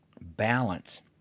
balance